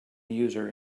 user